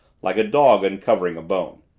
like a dog uncovering a bone.